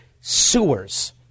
sewers